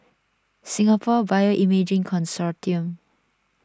Singapore Bioimaging Consortium